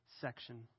section